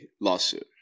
lawsuit